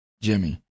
Jimmy